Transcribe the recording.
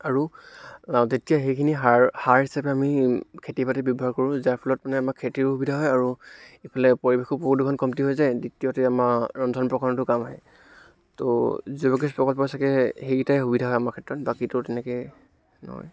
আৰু তেতিয়া সেইখিনি সাৰ সাৰ হিচাপে আমি খেতি বাতিত ব্যৱহাৰ কৰোঁ যাৰ ফলত মানে আমাৰ খেতিৰ সুবিধা হয় আৰু এইফালে পৰিৱেশো প্ৰদূষণ কমটি হৈ যায় দ্বিতীয়তে আমাৰ ৰন্ধন প্ৰকৰণতো কাম আহে ত' জৈৱ গেছ প্ৰকল্প চাগৈ সেইকেইটাই সুবিধা হয় আমাৰ ক্ষেত্ৰত বাকীতো আৰু তেনেকৈ নহয়